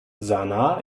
sanaa